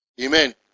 Amen